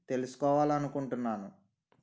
తెలుసుకోవాలి అనుకుంటున్నాను